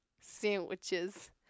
Sandwiches